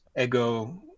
Ego